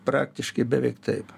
praktiškai beveik taip